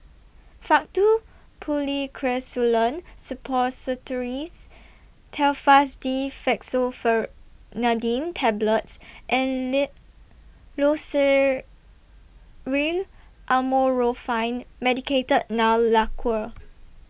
Faktu Policresulen Suppositories Telfast D Fexofenadine Tablets and Loceryl Amorolfine Medicated Nail Lacquer